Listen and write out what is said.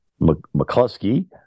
McCluskey